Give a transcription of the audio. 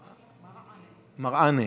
מראענה.